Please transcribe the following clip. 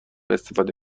استفاده